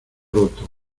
roto